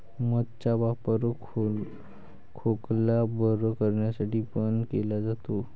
मध चा वापर खोकला बरं करण्यासाठी पण केला जातो